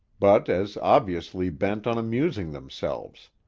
but as obviously bent on amusing themselves.